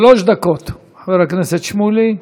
שלוש דקות, חבר הכנסת שמולי.